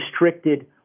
restricted